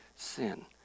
sin